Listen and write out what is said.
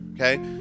okay